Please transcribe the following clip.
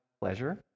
pleasure